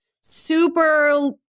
Super